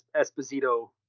Esposito